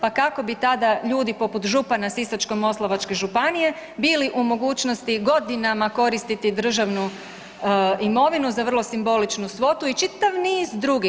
Pa kao bi tada ljudi poput župana Sisačko-moslavačke županije bili u mogućnosti godinama koristiti državnu imovinu za vrlo simboličnu svotu i čitav niz drugih.